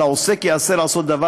על העוסק ייאסר לעשות דבר,